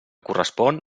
correspon